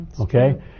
okay